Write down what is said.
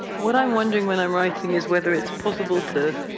what i'm wondering when i'm writing is whether it's possible to